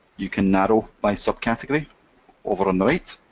you can narrow by subcategory over on the right,